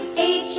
a